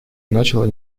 начало